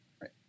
Right